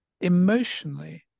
emotionally